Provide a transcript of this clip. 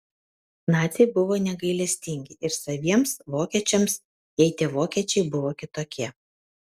naciai buvo negailestingi ir saviems vokiečiams jei tie vokiečiai buvo kitokie